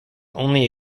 only